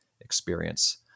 experience